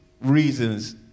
reasons